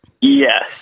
Yes